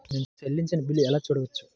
నేను చెల్లించిన బిల్లు ఎలా చూడవచ్చు?